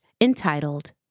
entitled